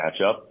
matchup